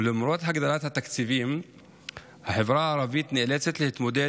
למרות הגדלת התקציבים החברה הערבית נאלצת להתמודד